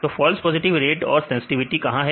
तो false positive rate और sensitivity कहां है